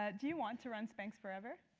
ah do you want to run spanx forever?